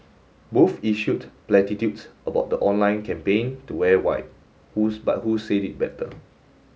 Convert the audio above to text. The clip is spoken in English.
both issued platitudes about the online campaign to wear white who but who said it better